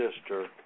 sister